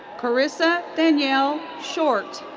carissa danielle short.